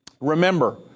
Remember